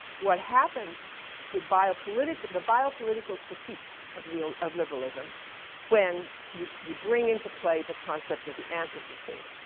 what happens to biopolitical, the biopolitical critique of leo, of liberalism when you, you bring into play the concept of the anthropocene.